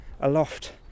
aloft